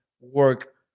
work